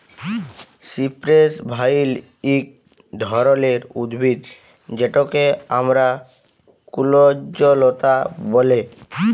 cypress ভাইল ইক ধরলের উদ্ভিদ যেটকে আমরা কুল্জলতা ব্যলে